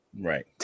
Right